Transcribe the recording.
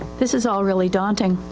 this is all really daunting.